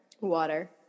Water